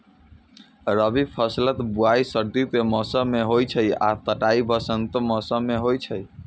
रबी फसलक बुआइ सर्दी के मौसम मे होइ छै आ कटाइ वसंतक मौसम मे होइ छै